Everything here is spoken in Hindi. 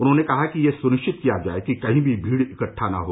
उन्होंने कहा कि यह सुनिश्चित किया जाए कि कहीं भी भीड़ इकट्ठा न हो